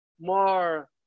more